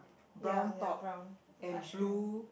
ya ya brown the ice cream